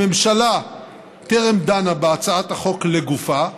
הממשלה טרם דנה בהצעת החוק לגופה,